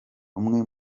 umwe